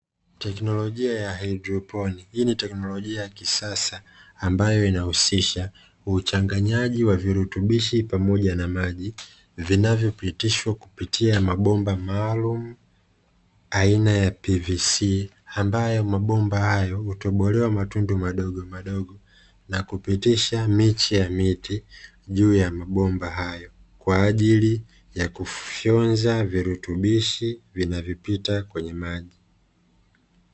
Teknolojia ya haidroponi, hii ni teknolojia ya kisasa ambayo inahusisha uchanganyaji wa virutubishi pamoja na maji vinavyopitishwa kupitia mabomba maalumu ambayo ni PVC